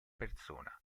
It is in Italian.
persona